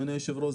אדוני היושב-ראש,